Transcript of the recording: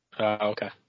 okay